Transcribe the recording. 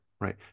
right